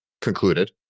concluded